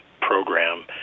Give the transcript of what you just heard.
program